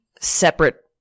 separate